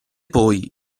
poi